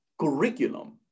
Curriculum